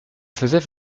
faisais